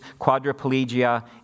quadriplegia